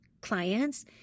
clients